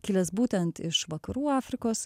kilęs būtent iš vakarų afrikos